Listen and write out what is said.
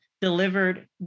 delivered